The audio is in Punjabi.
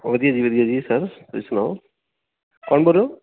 ਵਧੀਆ ਜੀ ਵਧੀਆ ਜੀ ਸਰ ਤੁਸੀਂ ਸੁਣਾਓ ਕੌਣ ਬੋਲ ਰਹੇ ਹੋ